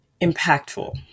impactful